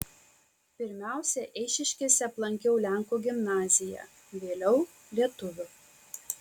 pirmiausia eišiškėse aplankiau lenkų gimnaziją vėliau lietuvių